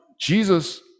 Jesus